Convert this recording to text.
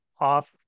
off